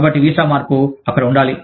కాబట్టి వీసా మార్పు అక్కడ ఉండాలి